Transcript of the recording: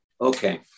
Okay